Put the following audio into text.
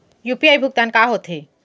UPI भुगतान का होथे?